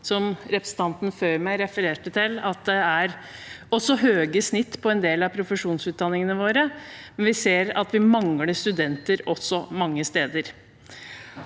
som representanten før meg refererte til, at det er høye snitt på en del av profesjonsutdanningene våre, men vi ser også at vi mangler studenter mange steder.